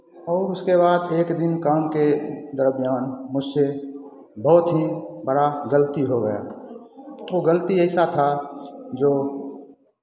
और उसके बाद एक दिन काम के दरम्यान मुझसे बहुत ही बड़ा गलती हो गया वो गलती ऐसा था जो